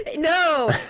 No